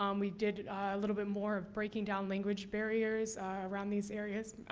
um we did a little bit more of breaking down language barriers around these areas,